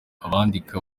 abandika